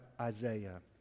isaiah